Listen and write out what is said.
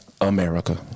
America